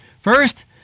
First